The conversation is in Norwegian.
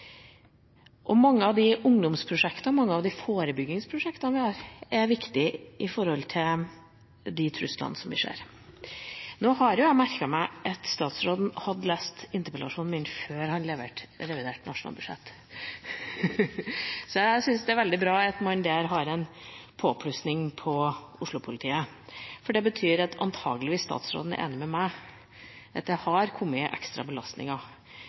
terrorberedskap. Mange av ungdomsprosjektene og forebyggingsprosjektene vi har, er viktige når det gjelder de truslene vi ser. Jeg har merket meg at statsråden hadde lest interpellasjonen min før han leverte revidert nasjonalbudsjett. Jeg syns det er veldig bra at man der har en påplussing for Oslo-politiet, for det betyr antakeligvis at statsråden er enig med meg i at det har kommet ekstra belastninger.